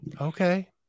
Okay